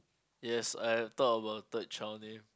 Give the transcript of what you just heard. yes I have thought about a third child name